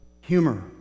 humor